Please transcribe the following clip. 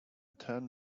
ten